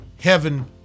Heaven